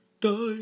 Die